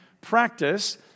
practice